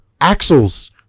axles